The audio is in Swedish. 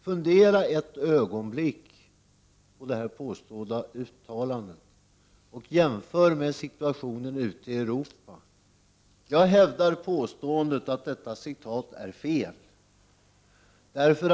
Fundera ett ögonblick på det påstådda uttalandet och jämför förhållandena i Sverige med situationen ute i Europa! Jag vågar påstå att det citatet är felaktigt.